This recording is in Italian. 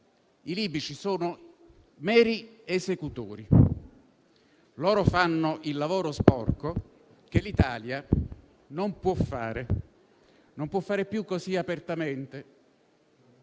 i libici sono meri esecutori. Loro fanno il lavoro sporco che l'Italia non può fare più così apertamente,